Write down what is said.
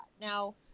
Now